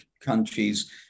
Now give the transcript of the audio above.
countries –